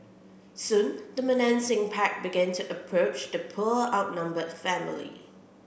soon the menacing pack began to approach the poor outnumbered family